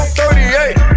38